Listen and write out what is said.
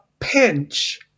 pinch